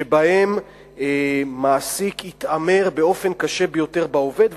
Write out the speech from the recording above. שבהם מעסיק התעמר באופן קשה ביותר בעובד,